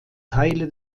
teile